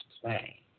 play